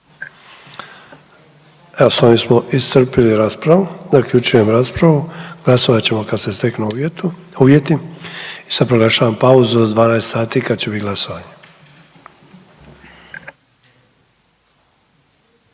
Evo, s ovim smo iscrpili raspravu. Zaključujem raspravu. Glasovat ćemo kad se steknu uvjeti. Sad proglašavam pauzu do 12 sati kad će biti glasovanje.